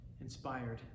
inspired